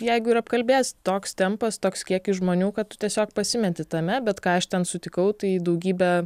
jeigu ir apkalbės toks tempas toks kiekis žmonių kad tiesiog pasimeti tame bet ką aš ten sutikau tai daugybę